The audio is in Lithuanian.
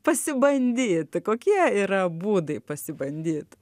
pasibandyti kokie yra būdai pasibandyt